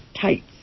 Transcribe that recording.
tights